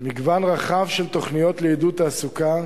מגוון רחב של תוכניות לעידוד תעסוקה: